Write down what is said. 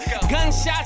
Gunshots